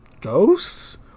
ghosts